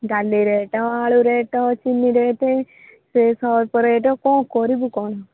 ଡାଲି ରେଟ୍ ଆଳୁ ରେଟ୍ ଚିନି ରେଟ୍ ସେ ସର୍ଫ ରେଟ୍ କ'ଣ କରିବୁ କ'ଣ